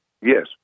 Yes